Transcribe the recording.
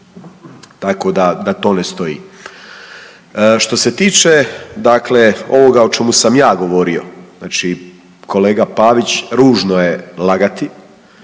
tako da to ne stoji. Što se tiče dakle ovoga o čemu sam ja govorio, znači kolega Pavić ružno je lagati